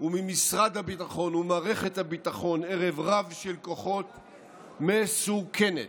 וממשרד הביטחון ומערכת הביטחון ערב רב של כוחות היא מסוכנת.